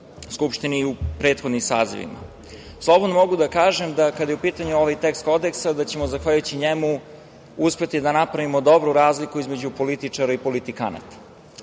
Skupštini u prethodnim sazivima. Slobodno mogu da kažem, kada je u pitanju ovaj tekst kodeksa, da ćemo zahvaljujući njemu uspeti da napravimo dobru razliku između političara i politikanata.Za